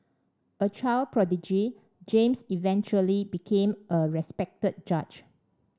a child prodigy James eventually became a respected judge